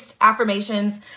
affirmations